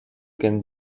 can